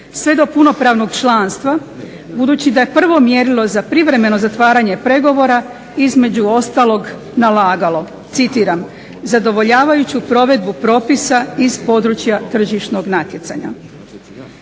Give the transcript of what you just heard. sve do punopravnog članstva, budući da je prvo mjerilo za privremeno zatvaranje pregovora između ostalog nalagalo, citiram: "zadovoljavajuću provedbu propisa iz područja tržišnog natjecanja".